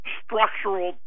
structural